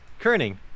kerning